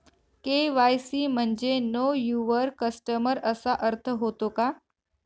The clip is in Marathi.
के.वाय.सी म्हणजे नो यूवर कस्टमर असा अर्थ होतो का?